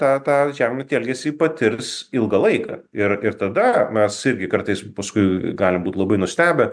tą tą žeminantį elgesį patirs ilgą laiką ir ir tada mes irgi kartais paskui galim būt labai nustebę